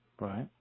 Right